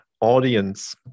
audience